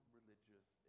religious